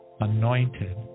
anointed